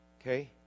Okay